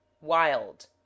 wild